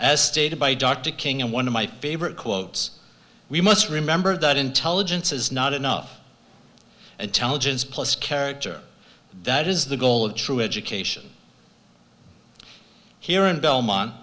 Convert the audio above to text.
as stated by dr king and one of my favorite quotes we must remember that intelligence is not enough intelligence plus character that is the goal of true education here in belmont